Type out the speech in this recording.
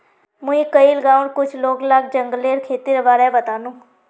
मुई कइल गांउर कुछ लोग लाक जंगलेर खेतीर बारे बतानु